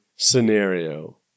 scenario